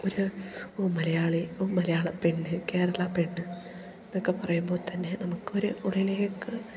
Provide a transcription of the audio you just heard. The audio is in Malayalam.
ഒരു മലയാളി മലയാള പെണ്ണ് കേരള പെണ്ണ് എന്നതൊക്കെ പറയുമ്പോൾ തന്നെ നമുക്ക് ഒരു ഉള്ളിലേക്ക്